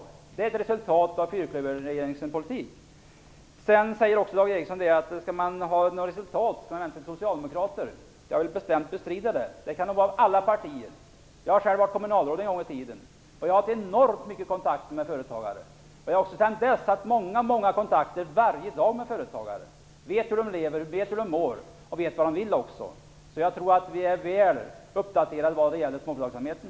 Allt detta är ett resultat av den borgerliga fyrklöverregeringens politik. Dag Ericson sade att man skall vända sig till socialdemokrater om man vill ha något resultat. Det vill jag bestämt bestrida. Man kan vända sig till alla partiers representanter. Jag har själv en gång i tiden varit kommunalråd, och jag hade enormt många kontakter med företagare. Nu har jag många kontakter varje dag med företagare. Jag vet hur de lever, hur de mår och jag vet också vad de vill. Jag tror att vi är väl uppdaterade när det gäller småföretagsamheten.